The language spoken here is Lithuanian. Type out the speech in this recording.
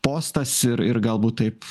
postas ir ir galbūt taip